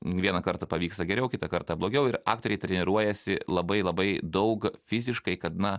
vieną kartą pavyksta geriau kitą kartą blogiau ir aktoriai treniruojasi labai labai daug fiziškai kad na